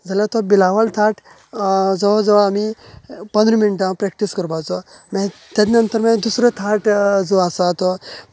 जाल्या तो बिलावल थाट जवळ जवळ आमी पंदरा मिनटां प्रॅक्टीस करपाचो मागीर ताजे नंतर तो म्हळें दुसरो थाट आसा तो